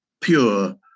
pure